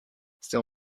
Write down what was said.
still